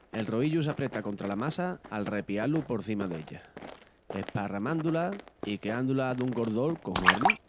El roillu s'apreta contra la massa al repiá-lu por cima della, esparramándu-la i queándu-la dun gordol conhormi.